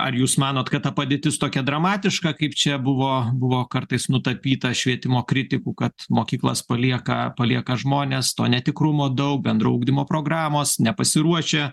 ar jūs manot kad ta padėtis tokia dramatiška kaip čia buvo buvo kartais nutapyta švietimo kritikų kad mokyklas palieka palieka žmonės to netikrumo daug bendro ugdymo programos nepasiruošę